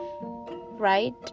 right